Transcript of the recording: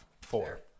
Four